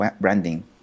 branding